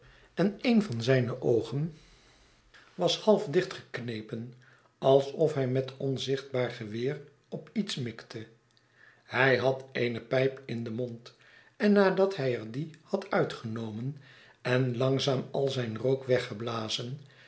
en een van zijne oogen was half dichtgeknepen alsof hij met een onzichtbaar geweer op iets mikte hij had eene pijp in denmond en nadat hij er die had uitgenomen en langzaam al zijn rook weggeblazen